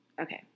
Okay